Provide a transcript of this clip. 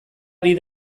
ari